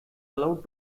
allowed